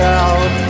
out